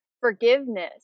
forgiveness